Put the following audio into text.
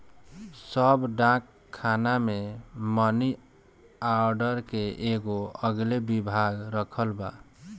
सब डाक खाना मे मनी आर्डर के एगो अलगे विभाग रखल बा